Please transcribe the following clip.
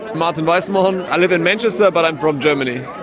martin weissenborn. i live in manchester, but i'm from germany.